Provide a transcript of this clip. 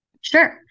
Sure